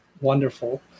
Wonderful